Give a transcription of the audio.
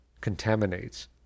contaminates